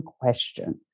question